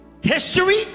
history